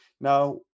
Now